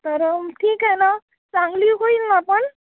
तर ठीक आहे ना चांगली होईल ना पण